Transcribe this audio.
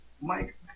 Mike